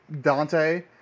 Dante